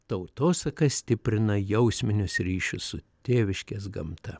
tautosaka stiprina jausminius ryšius su tėviškės gamta